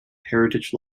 heritage